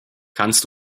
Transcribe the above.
kannst